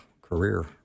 career